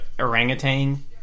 orangutan